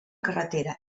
carretera